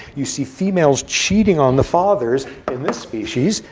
you see females cheating on the fathers in this species,